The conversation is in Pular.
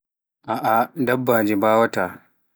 aa dabbaaji mbawaata.